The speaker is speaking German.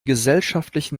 gesellschaftlichen